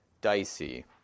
dicey